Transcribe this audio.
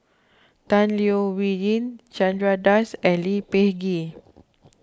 Tan Leo Wee Hin Chandra Das and Lee Peh Gee